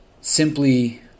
simply